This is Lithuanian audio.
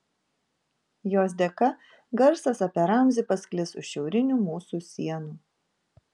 jos dėka garsas apie ramzį pasklis už šiaurinių mūsų sienų